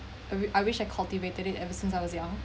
I wi~ I wish I cultivated it ever since I was young